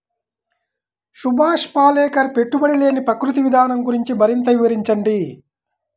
సుభాష్ పాలేకర్ పెట్టుబడి లేని ప్రకృతి విధానం గురించి మరింత వివరించండి